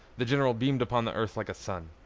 the general beamed upon the earth like a sun.